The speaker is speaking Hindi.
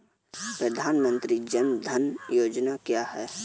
प्रधानमंत्री जन धन योजना क्या है?